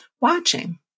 Watching